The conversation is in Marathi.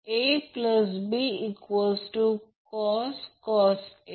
तर प्रश्न असा आहे की हा करंट Ia आहे हा Ib आहे